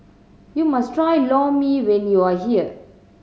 you must try Lor Mee when you are here